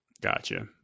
Gotcha